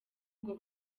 ubwo